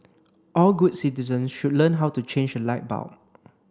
all good citizen should learn how to change a light bulb